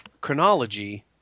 chronology